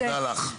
תודה לך.